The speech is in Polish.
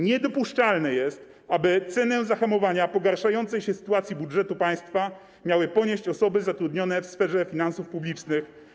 Niedopuszczalne jest, aby cenę zahamowania pogarszającej się sytuacji budżetu państwa miały ponieść osoby zatrudnione w sferze finansów publicznych.